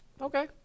Okay